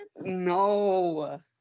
No